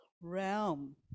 realm